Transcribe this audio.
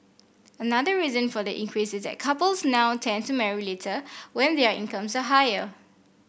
another reason for the increase is that couples now tend to marry later when their incomes are higher